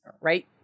Right